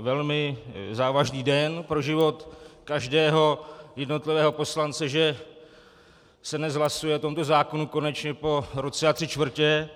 velmi závažný den pro život každého jednotlivého poslance, že se dnes hlasuje o tomto zákonu, konečně po roce a tři čtvrtě.